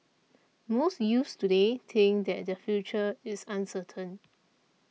most youths today think that their future is uncertain